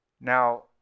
Now